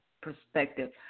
perspective